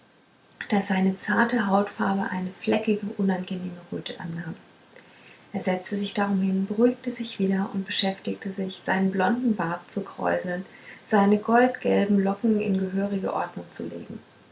daß seine zarte hautfarbe eine fleckige unangenehme röte annahm er setzte sich darum hin beruhigte sich wieder und beschäftigte sich seinen blonden bart zu kräuseln und seine goldgelben locken in gehörige ordnung zu legen